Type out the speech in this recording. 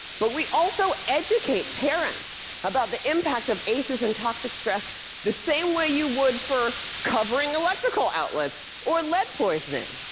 but we also also educate parents about the impacts of aces and toxic stress the same way you would for covering electrical outlets, or lead poisoning,